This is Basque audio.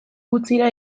gutxira